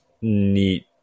neat